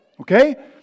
okay